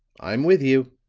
i'm with you,